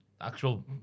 actual